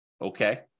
Okay